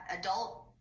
Adult